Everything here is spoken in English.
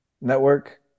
network